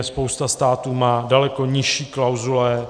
Spousta států má daleko nižší klauzule.